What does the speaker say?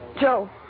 Joe